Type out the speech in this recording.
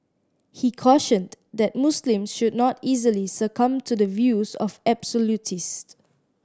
he cautioned that Muslims should not easily succumb to the views of absolutist